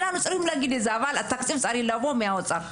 התקציב צריך לבוא מהאוצר.